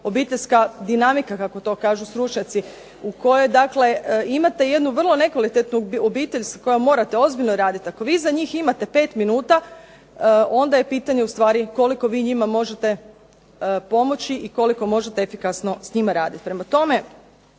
obiteljska dinamika kako to kažu stručnjaci u kojoj imate jednu vrlo nekvalitetnu obitelj s kojom morate ozbiljno raditi. Ako vi za njih imate pet minuta, onda je pitanje ustvari koliko vi njima možete pomoći i koliko možete efikasno s njima raditi.